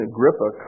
Agrippa